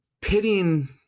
pitting